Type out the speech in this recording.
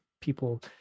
people